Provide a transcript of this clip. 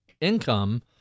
income